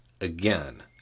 again